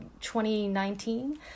2019